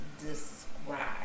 describe